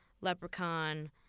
leprechaun